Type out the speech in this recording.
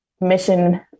mission